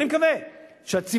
אני מקווה שהציבור,